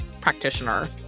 practitioner